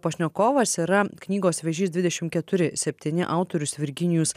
pašnekovas yra knygos vėžys dvidešim keturi septyni autorius virginijus